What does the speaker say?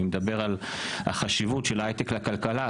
אני מדבר על החשיבות של ההייטק לכלכלה.